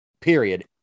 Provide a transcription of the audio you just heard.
period